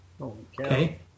okay